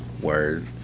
Word